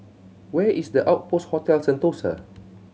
where is the Outpost Hotel Sentosa